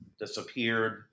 disappeared